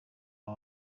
aba